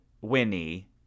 winnie